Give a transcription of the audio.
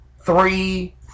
three